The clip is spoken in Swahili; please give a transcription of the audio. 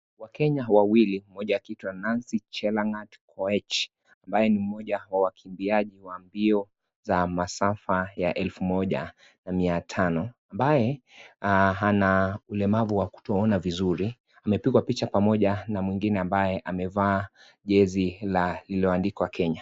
Wakenya wawili mmoja akiitwa Nancy Cherangat Koech amabye ni mmoja wa wakimbiaji wa mbio za masafa ya elfu moja na mia tano ambaye ana ulemavu wa kutoona vizuri amepigwa picha pamoja na mwingine ambaye amevaa jezi la lililoandikwa Kenya .